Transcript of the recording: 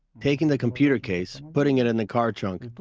taking the computer case, putting it in the car trunk.